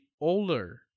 older